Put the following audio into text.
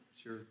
Sure